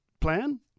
plan